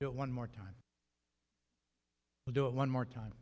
bill one more time to do it one more time